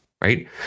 right